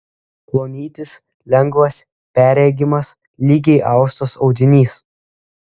plonytis lengvas perregimas lygiai austas audinys